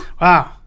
Wow